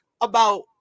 about-